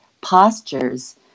postures